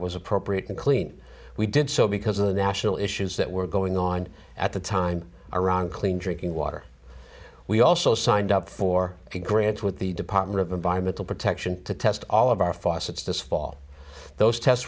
was appropriate and clean we did so because of the national issues that were going on at the time around clean drinking water we also signed up for grants with the department of environmental protection to test all of our faucets this fall those tests